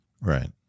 Right